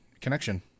connection